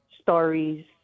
stories